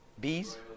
bees